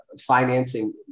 financing